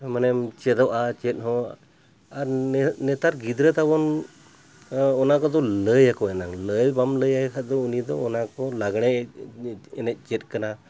ᱢᱟᱱᱮᱢ ᱪᱮᱫᱚᱜᱼᱟ ᱪᱮᱫ ᱦᱚᱸ ᱟᱨ ᱱᱮᱛᱟᱨ ᱜᱤᱫᱽᱨᱟᱹ ᱛᱟᱵᱚᱱ ᱚᱱᱟ ᱠᱚᱫᱚ ᱞᱟᱹᱭ ᱟᱠᱚ ᱮᱱᱟᱝ ᱞᱟᱹᱭ ᱵᱟᱢ ᱞᱟᱹᱭᱟᱭ ᱠᱷᱟᱡ ᱫᱚ ᱩᱱᱤᱫᱚ ᱚᱱᱟ ᱠᱚ ᱞᱟᱜᱽᱬᱮ ᱮᱱᱮᱡ ᱪᱮᱫ ᱠᱟᱱᱟ